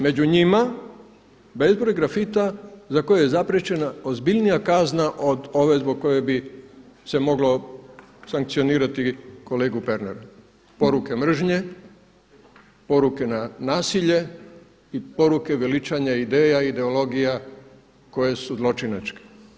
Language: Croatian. Među njima bezbroj grafita za koje je zapriječena ozbiljnija kazna od ove zbog kojeg bi se moglo sankcionirati kolegu Pernara, poruke mržnje, poruke na nasilje i poruke veličanja ideja, ideologija koje su zločinačke.